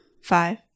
Five